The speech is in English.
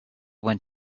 went